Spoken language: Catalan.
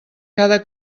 cada